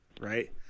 right